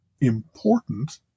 important